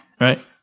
right